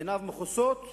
עיניו מכוסות,